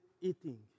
eating